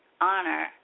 honor